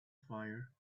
fire